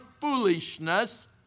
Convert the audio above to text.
foolishness